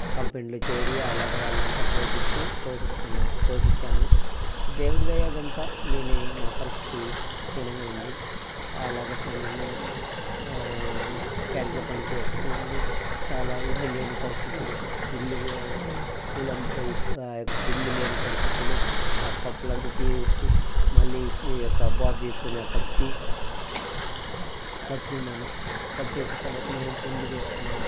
కంపెనీలో చేరి అలాగా వాళ్ళంతా పోషించి పోషిస్తున్న పోషించాను దేవుడి దయ ఇదంతా నేను మా పరిస్థితి హీనంగా ఉంది అలాగా సమయంలో క్యాంటీన్లో పని చేస్తూ ఉండి చాలా ఇల్లు లేని పరిస్థితులు ఇల్లు స్కూల్ అంత ఆ యొక్క ఇల్లు లేని పరిస్థితులు ఆ కప్పులు అంతా తీసేసి మళ్ళీ ఒక కబాత్ తీసుకొని కప్పి కప్పుకున్నాను కప్పేసిన తర్వాత మేము పెళ్లి చేసుకున్నాను